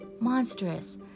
monstrous